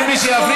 כל מי שיפריע,